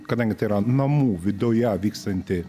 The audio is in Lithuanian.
kadangi tai yra namų viduje vykstanti